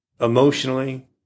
emotionally